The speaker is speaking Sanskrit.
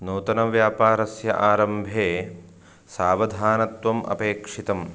नूतनव्यापारस्य आरम्भे सावधानत्वम् अपेक्षितम्